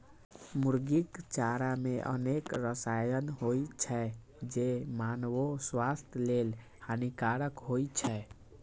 मुर्गीक चारा मे अनेक रसायन होइ छै, जे मानवो स्वास्थ्य लेल हानिकारक होइ छै